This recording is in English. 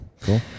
cool